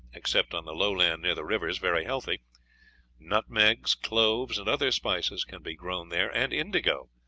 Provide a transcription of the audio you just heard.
except on the low land near the rivers, very healthy nutmegs, cloves, and other spices can be grown there, and indigo,